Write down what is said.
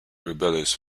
rebellious